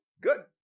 Good